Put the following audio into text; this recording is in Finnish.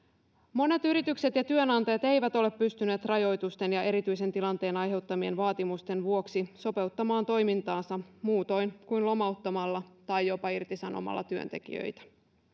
monet yritykset ja työnantajat eivät ole pystyneet rajoitusten ja erityisen tilanteen aiheuttamien vaatimusten vuoksi sopeuttamaan toimintaansa muutoin kuin lomauttamalla tai jopa irtisanomalla työntekijöitä